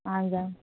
हजुर